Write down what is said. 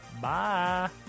bye